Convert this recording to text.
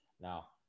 Now